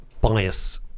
bias